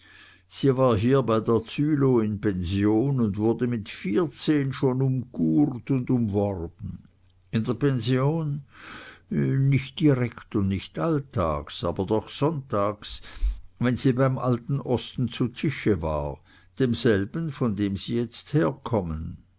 sie war hier bei der zülow in pension und wurde mit vierzehn schon umcourt und umworben in der pension nicht direkt und nicht alltags aber doch sonntags wenn sie beim alten osten zu tische war demselben von dem sie jetzt herkommen